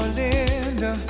linda